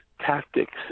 tactics